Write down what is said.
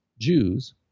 Jews